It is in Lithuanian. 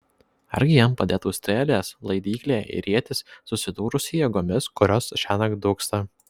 argi jam padėtų strėlės laidyklė ir ietis susidūrus su jėgomis kurios šiąnakt dūksta